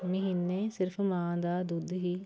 ਮਹੀਨੇ ਸਿਰਫ ਮਾਂ ਦਾ ਦੁੱਧ ਹੀ